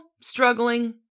struggling